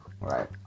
Right